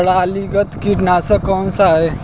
प्रणालीगत कीटनाशक कौन सा है?